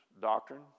Doctrine